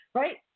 right